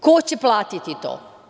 Ko će platiti to?